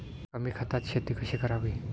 कमी खतात शेती कशी करावी?